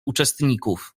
uczestników